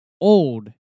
old